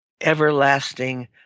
everlasting